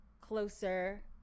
closer